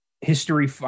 history